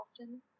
often